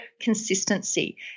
consistency